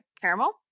caramel